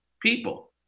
people